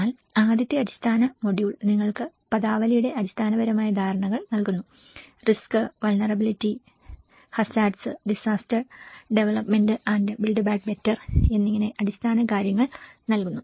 എന്നാൽ ആദ്യത്തെ അടിസ്ഥാന മൊഡ്യൂൾ നിങ്ങൾക്ക് പദാവലിയുടെ അടിസ്ഥാനപരമായ ധാരണകൾ നൽകുന്നു risk vulnerability hazards disaster development and build back better എന്നിങ്ങനെ അടിസ്ഥാന കാര്യങ്ങൾ നൽകുന്നു